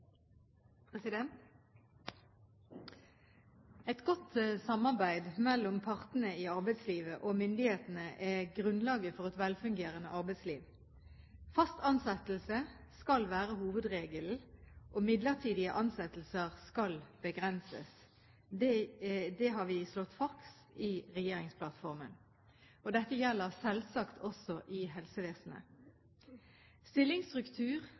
grunnlaget for et velfungerende arbeidsliv. Fast ansettelse skal være hovedregelen, og midlertidige ansettelser skal begrenses. Det har vi slått fast i regjeringsplattformen. Dette gjelder selvsagt også i